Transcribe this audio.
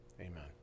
Amen